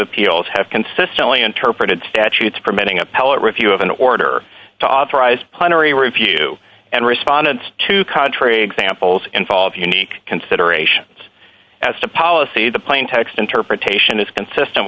appeals have consistently interpreted statutes permitting appellate review of an order to authorize plenary review and respondent to contrary examples involve unique considerations as to policy the plain text interpretation is consistent